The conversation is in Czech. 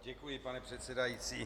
Děkuji, pane předsedající.